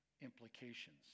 implications